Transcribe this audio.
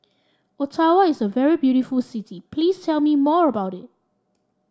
Ottawa is a very beautiful city please tell me more about it